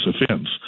offense